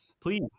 please